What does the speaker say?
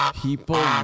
People